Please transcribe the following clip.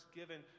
given